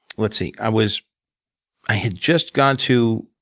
let's see. i was i had just gone to